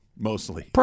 Mostly